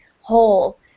whole